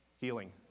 Healing